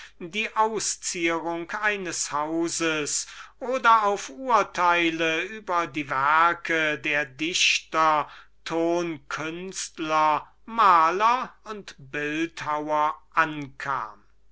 die auszierung eines hauses oder auf das urteil über die werke der dichter tonkünstler maler und bildhauer ankam